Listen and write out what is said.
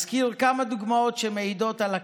אזכיר כמה דוגמאות שמעידות על הכלל: